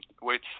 wait